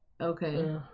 Okay